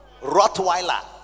Rottweiler